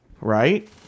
right